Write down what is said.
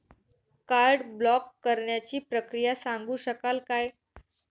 Card block करण्याची प्रक्रिया सांगू शकाल काय?